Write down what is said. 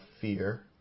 fear